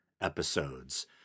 episodes